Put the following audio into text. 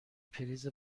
پریز